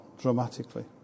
dramatically